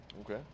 Okay